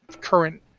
current